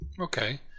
Okay